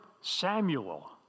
Samuel